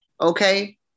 okay